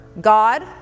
God